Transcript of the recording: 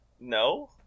No